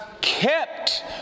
kept